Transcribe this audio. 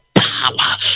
power